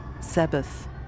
Sabbath